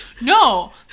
No